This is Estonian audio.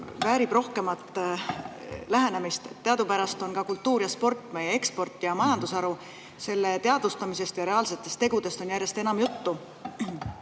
väärib rohkem lähenemist. Teadupärast on ka kultuur ja sport meie ekspordi- ja majandusharu. Selle teadvustamisest ja reaalsetest tegudest on järjest enam juttu.